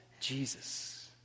Jesus